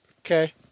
okay